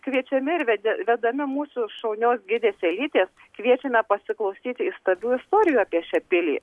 kviečiami ir vede vedami mūsų šaunios gidės elytės kviečiame pasiklausyti įstabių istorijų apie šią pilį